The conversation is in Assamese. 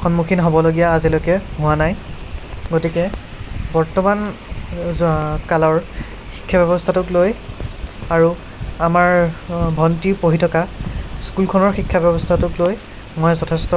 সন্মুখীন হ'বলগীয়া আজিলৈকে হোৱা নাই গতিকে বৰ্তমান কালৰ শিক্ষা ব্যৱস্থাটোক লৈ আৰু আমাৰ ভণ্টী পঢ়ি থকা স্কুলখনৰ শিক্ষা ব্যৱস্থাটোক লৈ মই যথেষ্ট